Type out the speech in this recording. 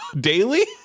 daily